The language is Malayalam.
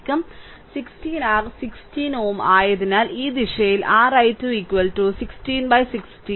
16 r 16 Ω അതിനാൽ ഈ ദിശയിൽ r i2 1616 1 ആമ്പിയർ